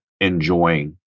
enjoying